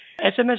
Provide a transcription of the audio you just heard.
SMS